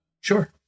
Sure